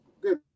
good